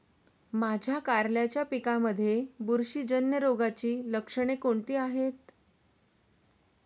माझ्या कारल्याच्या पिकामध्ये बुरशीजन्य रोगाची लक्षणे कोणती आहेत?